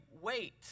wait